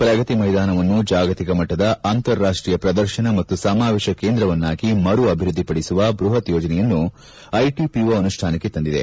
ಪ್ರಗತಿ ಮೈದಾನವನ್ನು ಜಾಗತಿಕಮಟ್ಟದ ಅಂತಾರಾಷೀಯ ಪ್ರದರ್ಶನ ಮತ್ತು ಸಮಾವೇಶ ಕೇಂದ್ರವನ್ನಾಗಿ ಮರು ಅಭಿವ್ಯದಿಪಡಿಸುವ ಬೃಹತ್ ಯೋಜನೆಯನ್ನು ಐಟಿಪಿಟ ಅನುಷ್ಠಾನಕ್ಕೆ ತಂದಿದೆ